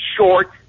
short